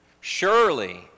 Surely